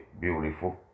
beautiful